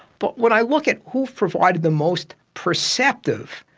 but when i look at who provided the most perceptive,